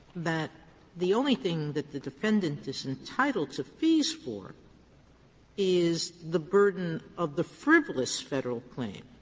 that the only thing that the defendant is entitled to fees for is the burden of the frivolous federal claim.